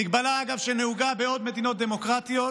מגבלה, אגב, שנהוגה בעוד מדינות דמוקרטיות,